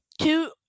two